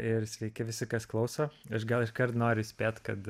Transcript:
ir sveiki visi kas klauso aš gal iškart noriu įspėt kad